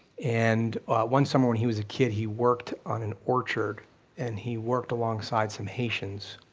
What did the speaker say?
and one summer when he was a kid he worked on an orchard and he worked alongside some haitians,